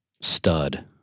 stud